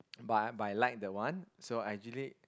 but but I like that one so I usually